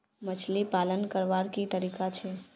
मछली पालन करवार की तरीका छे?